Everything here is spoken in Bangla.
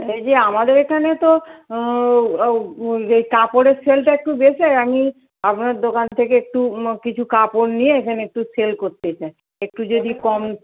এই যে আমাদের এখানে তো কাপড়ের সেলটা একটু বেশি আর আমি আপনার দোকান থেকে একটু কিছু কাপড় নিয়ে এখানে একটু সেল করতে চাই একটু যদি কম